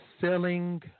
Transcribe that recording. selling